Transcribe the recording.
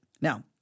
now